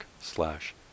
slash